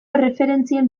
erreferentzien